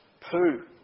poo